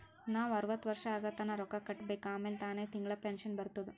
ನಾವ್ ಅರ್ವತ್ ವರ್ಷ ಆಗತನಾ ರೊಕ್ಕಾ ಕಟ್ಬೇಕ ಆಮ್ಯಾಲ ತಾನೆ ತಿಂಗಳಾ ಪೆನ್ಶನ್ ಬರ್ತುದ್